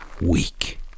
weak